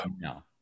No